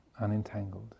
unentangled